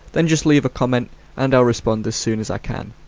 then just leave a comment and i'll respond as soon as i can.